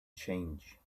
change